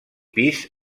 pis